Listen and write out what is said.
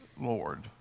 Lord